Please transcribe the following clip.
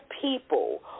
people